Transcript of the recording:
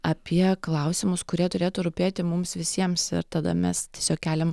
apie klausimus kurie turėtų rūpėti mums visiems ir tada mes tiesiog keliam